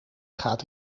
gaat